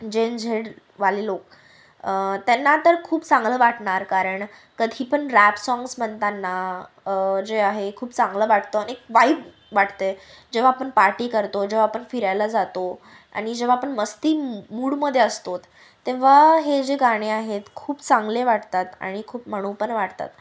जेन झेडवाले लोक त्यांना तर खूप चांगलं वाटणार कारण कधीपण रॅप साँग्स बनताना जे आहे खूप चांगलं वाटतं अनेक वाईब वाटते जेव्हा आपण पार्टी करतो जेव्हा आपण फिरायला जातो आणि जेव्हा आपण मस्ती मूडमध्ये असतो तर तेव्हा हे जे गाणे आहेत खूप चांगले वाटतात आणि खूप म्हणू पण वाटतात